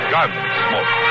Gunsmoke